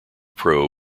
pro